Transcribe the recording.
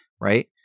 Right